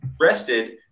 rested